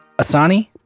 asani